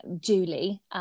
Julie